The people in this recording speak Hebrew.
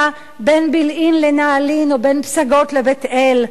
בין בילעין לנעלין או בין פסגות לבית-אל.